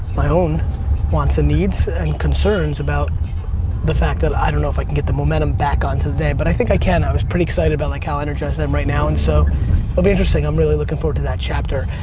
my own wants and needs and concerns about the fact that i i don't know if i can get the momentum back onto the day, but i think i can. i was pretty excited about like how energized i am right now, and so, it'll but be interesting. i'm really looking forward to that chapter.